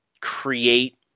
create